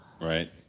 Right